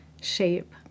shape